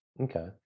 Okay